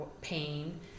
pain